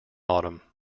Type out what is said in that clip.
autumn